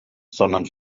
sondern